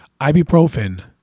Ibuprofen